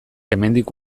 hemendik